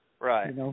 Right